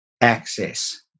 access